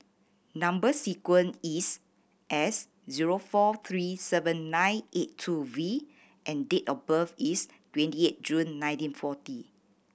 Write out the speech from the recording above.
number sequence is S zero four three seven nine eight two V and date of birth is twenty eight June nineteen forty